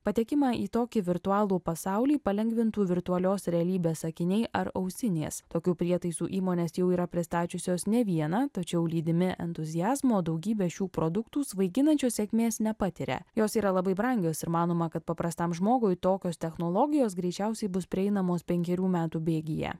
patekimą į tokį virtualų pasaulį palengvintų virtualios realybės akiniai ar ausinės tokių prietaisų įmonės jau yra pristačiusios ne vieną tačiau lydimi entuziazmo daugybę šių produktų svaiginančios sėkmės nepatiria jos yra labai brangios ir manoma kad paprastam žmogui tokios technologijos greičiausiai bus prieinamos penkerių metų bėgyje